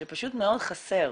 שפשוט מאוד חסר.